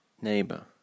Neighbor